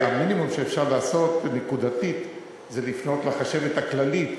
המינימום שאפשר לעשות נקודתית זה לפנות לחשבת הכללית